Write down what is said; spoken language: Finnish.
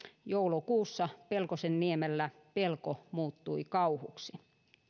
joulukuussa pelkosenniemellä pelko muuttui kauhuksi